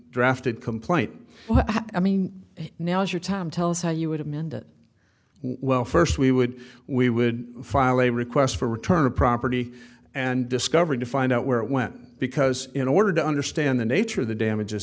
drafted complaint i mean now is your time tell us how you would amend it well first we would we would file a request for return of property and discovery to find out where it went because in order to understand the nature of the damages